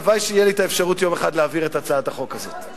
הלוואי שתהיה לי האפשרות יום אחד להעביר את הצעת החוק הזאת.